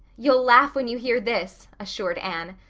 you'll laugh when you hear this, assured anne.